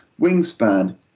Wingspan